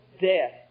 death